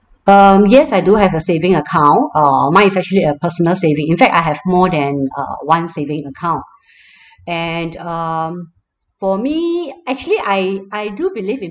um yes I do have a saving account uh mine is actually a personal saving in fact I have more than uh one saving account and um for me actually I I do believe in